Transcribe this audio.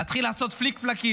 להתחיל לעשות פליק-פלקים,